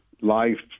life